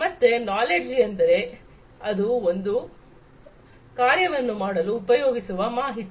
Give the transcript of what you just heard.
ಮತ್ತೆ ನಾಲೆಡ್ಜ್ ಏನೆಂದರೆ ಅದು ಒಂದು ಕಾರ್ಯವನ್ನು ಮಾಡಲು ಉಪಯೋಗಿಸುವ ಮಾಹಿತಿ